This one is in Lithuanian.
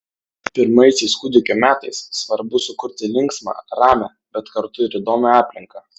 pirmaisiais kūdikio metais svarbu sukurti linksmą ramią bet kartu ir įdomią aplinką